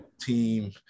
team